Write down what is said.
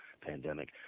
pandemic